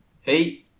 Hey